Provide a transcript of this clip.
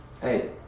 Hey